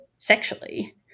Sexually